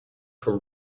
from